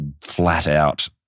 flat-out